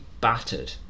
battered